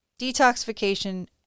detoxification